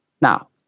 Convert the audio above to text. Now